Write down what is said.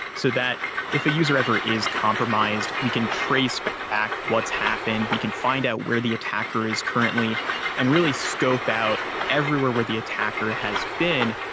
so that if a user ever is compromised, we can trace back what's happened. we can find out where the attacker is currently and really scope out everywhere where the attacker has been.